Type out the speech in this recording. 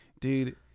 dude